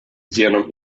genom